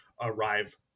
arrive